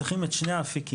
צריכים את שני האפיקים,